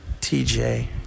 TJ